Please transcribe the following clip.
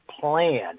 plan